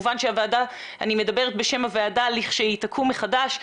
אני מדברת בשם הוועדה לכשתקום מחדש,